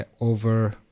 over